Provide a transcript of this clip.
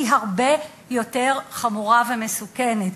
היא הרבה יותר חמורה ומסוכנת.